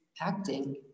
acting